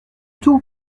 tout